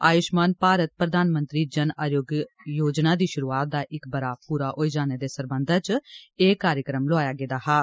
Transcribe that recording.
आयुष्मान भारत प्रधानमंत्री जन आरोग्य योजना दी शुरूआत दा इक ब'रा पूरा होई जाने दे सरबंधै च एह कार्यक्रम लोआया गेदा हा